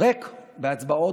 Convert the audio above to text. ריק בהצבעות.